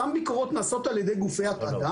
אותן ביקורות נעשות על ידי גופי התעדה.